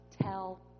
tell